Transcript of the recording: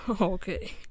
okay